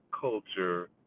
Culture